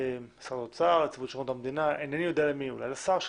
למשרד האוצר, לנציבות שירות המדינה, אולי לשר שלך.